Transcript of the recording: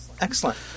Excellent